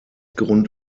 grund